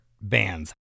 bands